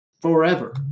forever